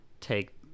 take